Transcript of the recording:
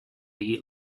eat